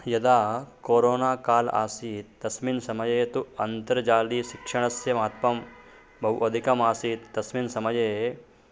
यदा कोरोना कालः आसीत् तस्मिन् समये तु अन्तर्जालीयशिक्षणस्य महत्त्वं बहु अधिकमासीत् तस्मिन् समये